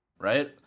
right